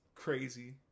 crazy